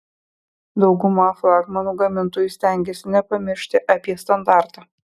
dauguma flagmanų gamintojų stengiasi nepamiršti apie standartą